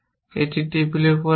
এটি টেবিলের উপর রাখুন